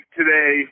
today